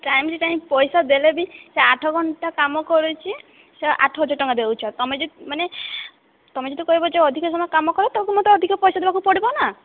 time to time ପଇସା ଦେଲେ ବି ସେ ଆଠଘଣ୍ଟା କାମ କରିଛି ସେ ଆଠହଜାର ଟଙ୍କା ଦେଉଛ ତୁମେ ଯଦି ମାନେ ତୁମେ ଯଦି କହିବ ଯେ ଅଧିକା ସମୟ କାମ କର ତୁମକୁ ମୋତେ ଅଧିକା ପଇସା ଦେବାକୁ ପଡ଼ିବ ନା